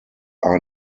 are